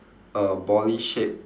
a bally shape